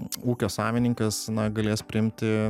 ūkio savininkas na galės priimti